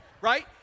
Right